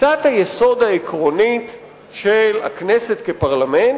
תפיסת היסוד העקרונית של הכנסת כפרלמנט